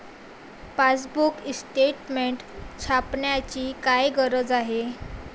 Passbook statement छापण्याची काय गरज आहे?